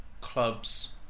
clubs